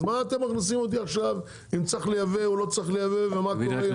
אז מה אתם מכניסים אותי עכשיו אם צריך לייבא או לא צריך לייבא ומה קורה,